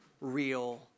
real